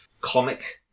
comic